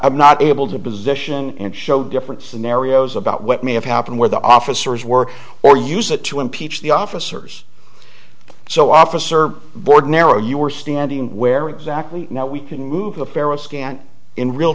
i'm not able to position and show different scenarios about what may have happened where the officers were or use it to impeach the officers so officer board narrow you were standing where exactly now we can move